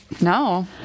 No